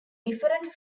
different